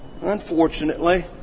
Unfortunately